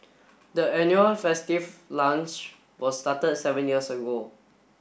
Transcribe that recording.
the annual festive lunch was started seven years ago